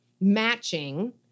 matching